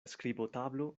skribotablo